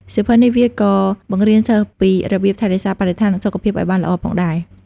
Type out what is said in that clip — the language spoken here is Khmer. សៀវភៅនេះវាក៏បង្រៀនសិស្សពីរបៀបថែរក្សាបរិស្ថាន និងសុខភាពឱ្យបានល្អផងដែរ។